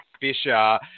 Fisher